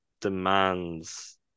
demands